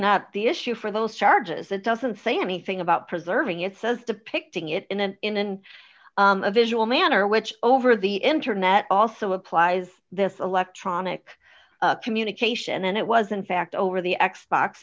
not the issue for those charges it doesn't say anything about preserving it says depicting it in an in and a visual manner which over the internet also applies this electronic communication and it was in fact over the x box